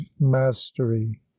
mastery